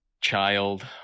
child